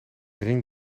ring